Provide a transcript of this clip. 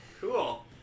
Cool